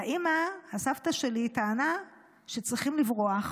האימא, הסבתא שלי, טענה שצריכים לברוח